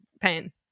pain